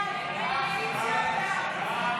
הסתייגות 51 לא נתקבלה.